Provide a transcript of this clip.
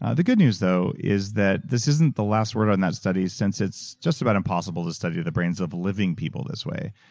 ah the good news, though, is that this isn't the last word on that study since it's just about impossible to study the brains of living people this way.